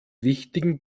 wichtigen